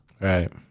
Right